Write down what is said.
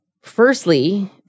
firstly